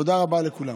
תודה רבה לכולם.